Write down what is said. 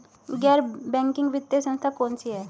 गैर बैंकिंग वित्तीय संस्था कौन कौन सी हैं?